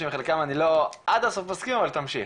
שחלקם אני לא עד הסוף מסכים אבל תמשיך.